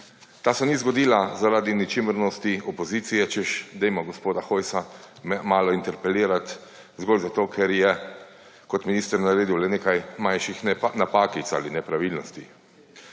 Ta se ni zgodila zaradi nečimrnosti opozicije, češ, dajmo gospoda Hojsa malo interpelirati zgolj zato, ker je kot minister naredil le nekaj manjših napakic ali nepravilnosti.